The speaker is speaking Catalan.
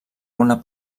una